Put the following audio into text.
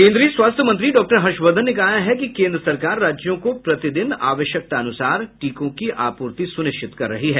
केंद्रीय स्वास्थ्य मंत्री डॉक्टर हर्षवर्धन ने कहा है कि केन्द्र सरकार राज्यों को प्रतिदिन आवश्यकतानुसार टीकों की आपूर्ति सुनिश्चित कर रही है